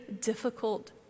difficult